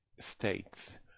states